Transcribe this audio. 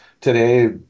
today